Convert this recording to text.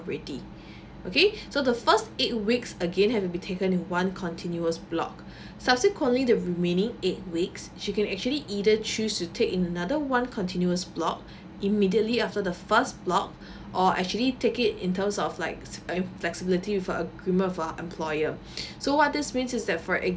already okay so the first eight weeks again have to be taken in one continuous block subsequently the remaining eight weeks she can actually either choose to take in another one continuous block immediately after the first block or actually take it in terms of like flexibility with a~ agreement from her employer so what this means is that for